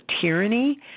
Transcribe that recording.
tyranny